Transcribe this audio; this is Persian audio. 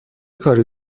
کاری